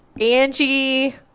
Angie